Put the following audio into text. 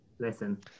Listen